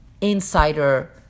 insider